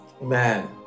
man